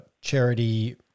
charity